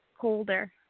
colder